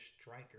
striker